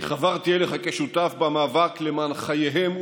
אני חברתי אליך כשותף במאבק למען חייהם,